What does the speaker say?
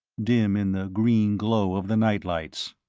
dim in the green glow of the nightlights.